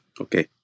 Okay